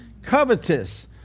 covetous